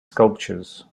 sculptures